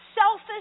selfish